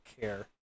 care